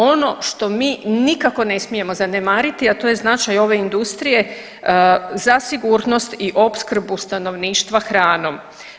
Ono što mi nikako ne smijemo zanemariti, a to je značaj ove industrije za sigurnost i opskrbu stanovništva hranom.